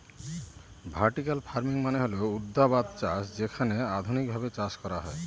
vertical farming মানে হল ঊর্ধ্বাধ চাষ যেখানে আধুনিকভাবে চাষ করা হয়